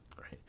Right